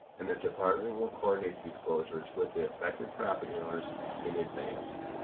and the department will coordinate these closures with the affected property owners in advance.